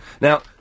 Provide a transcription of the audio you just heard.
Now